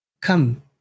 Come